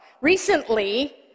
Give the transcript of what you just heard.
Recently